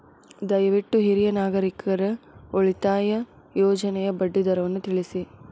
ದಯವಿಟ್ಟು ಹಿರಿಯ ನಾಗರಿಕರ ಉಳಿತಾಯ ಯೋಜನೆಯ ಬಡ್ಡಿ ದರವನ್ನು ತಿಳಿಸಿ